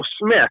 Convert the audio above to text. Smith